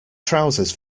trousers